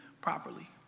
properly